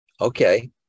okay